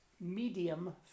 medium